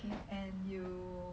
and you